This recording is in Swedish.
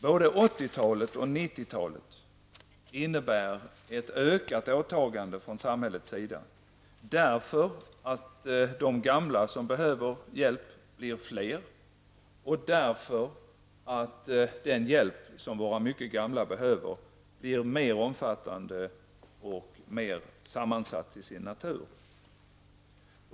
Både 80-talet och 90-talet innebär ett ökat åtagande från samhällets sida, därför att de gamla som behöver hjälp blir fler och därför att den hjälp som våra mycket gamla behöver blir mer omfattande och mer sammansatt till sin natur.